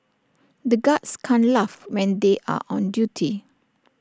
the guards can't laugh when they are on duty